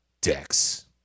Dex